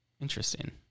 Interesting